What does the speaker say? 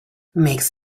makes